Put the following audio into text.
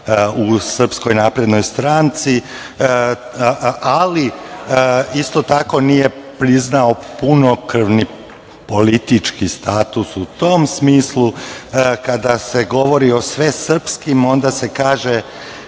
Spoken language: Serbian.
broje krvna zrnca u SNS. Ali, isto tako, nije priznao punokrvni politički status u tom smislu. Kada se govori o svesrpskim, onda se kaže